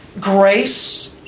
Grace